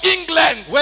England